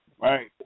Right